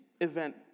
event